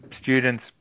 students